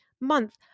month